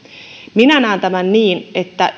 minä näen tämän niin että